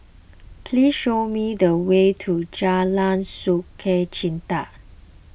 please show me the way to Jalan Sukachita